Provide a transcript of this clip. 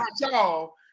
y'all